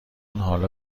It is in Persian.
حالا